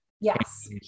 Yes